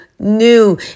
new